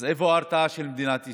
איפה ההרתעה של מדינת ישראל?